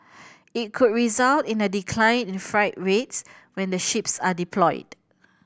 it could result in a decline in freight rates when the ships are deployed